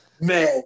Man